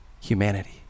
Humanity